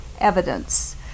evidence